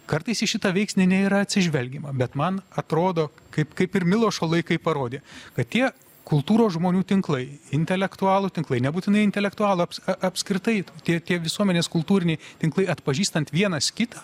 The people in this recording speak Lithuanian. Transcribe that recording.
kartais į šitą veiksnį nėra atsižvelgiama bet man atrodo kaip kaip ir milošo laikai parodė kad tie kultūros žmonių tinklai intelektualų tinklai nebūtinai intelektualams apskritai tie tie visuomenės kultūriniai tinklai atpažįstant vienas kitą